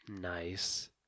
Nice